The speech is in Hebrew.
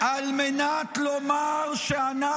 על מנת לומר שאנחנו